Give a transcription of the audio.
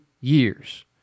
years